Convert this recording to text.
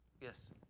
Yes